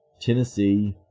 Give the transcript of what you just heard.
Tennessee